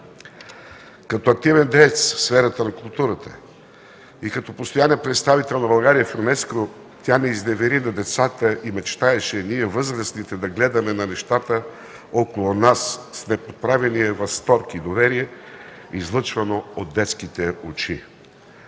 Като активен деец в сферата на културата и като постоянен представител на България в ЮНЕСКО тя не изневери на децата и мечтаеше ние, възрастните, да гледаме на децата около нас с неподправения възторг и доверие, излъчвано от детските очи.